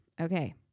Okay